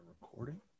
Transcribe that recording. recording